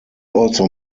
also